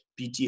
PT